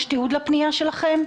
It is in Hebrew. יש תיעוד לפנייה שלכם?